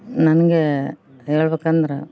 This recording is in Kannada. ನನ್ಗೆ ಹೇಳ್ಬೇಕಂದ್ರೆ